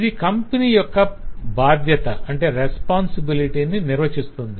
ఇది కంపెనీ యొక్క బాధ్యతను నిర్వచిస్తుంది